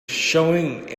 showing